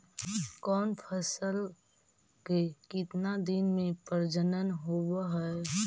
कौन फैसल के कितना दिन मे परजनन होब हय?